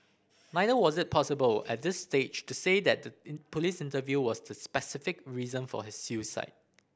neither was it possible at this stage to say that the police interview was the specific reason for his suicide